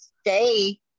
stay